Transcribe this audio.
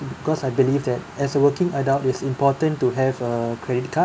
because I believe that as a working adult it's important to have a credit card